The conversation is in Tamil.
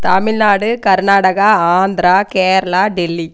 தமிழ்நாடு கர்நாடகா ஆந்திரா கேரளா டெல்லி